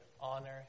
honor